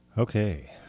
Okay